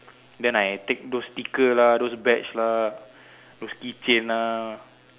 then I take those sticker lah those badge lah those keychain lah